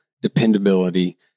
dependability